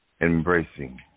embracing